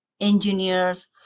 engineers